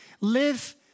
live